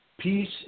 Peace